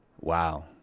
Wow